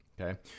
Okay